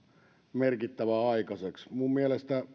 merkittävää aikaiseksi mielestäni